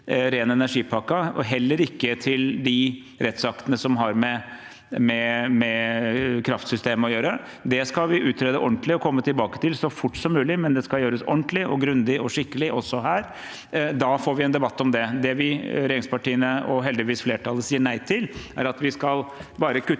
og heller ikke til de rettsaktene som har med kraftsystemet å gjøre. Det skal vi utrede ordentlig og komme tilbake til så fort som mulig, men det skal gjøres ordentlig, grundig og skikkelig også her. Da får vi en debatt om det. Det regjeringspartiene og heldigvis flertallet sier nei til, er at vi bare skal